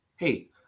Hey